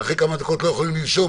אחרי כמה דקות לא יכולים לנשום,